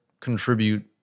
contribute